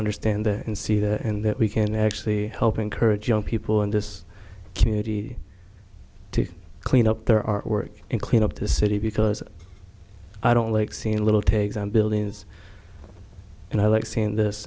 understand and see the and that we can actually help encourage young people in this community to clean up their our work and clean up the city because i don't like seeing a little take on buildings and i like seeing this